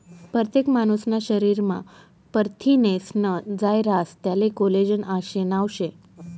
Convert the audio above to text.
परतेक मानूसना शरीरमा परथिनेस्नं जायं रास त्याले कोलेजन आशे नाव शे